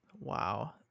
Wow